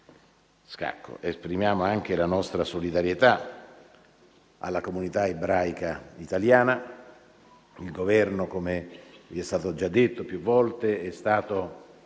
scacco. Esprimiamo anche la nostra solidarietà alla comunità ebraica italiana. Il Governo, come vi è stato già detto più volte, è